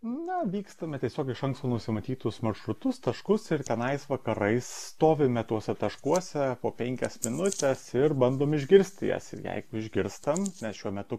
na vykstame tiesiog iš anksto nusimatytus maršrutus taškus ir tenais vakarais stovime tuose taškuose po penkias minutes ir bandom išgirsti jas ir jeigu išgirstam nes šiuo metu